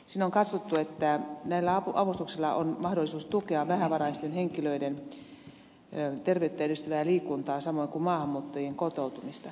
siinä on katsottu että näillä avustuksilla on mahdollisuus tukea vähävaraisten henkilöiden terveyttä edistävää liikuntaa samoin kuin maahanmuuttajien kotoutumista